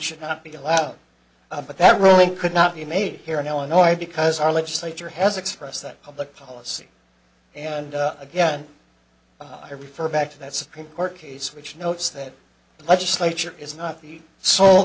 should not be allowed but that ruling could not be made here in illinois because our legislature has expressed that public policy and again i refer back to that supreme court case which notes that the legislature is not